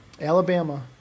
Alabama